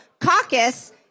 caucus